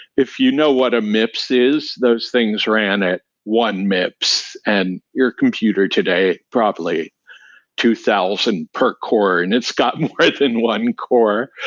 if you know what a mips is, those things ran at one mips, and your computer today probably two thousand per core, and it's got more than one core.